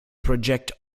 project